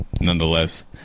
nonetheless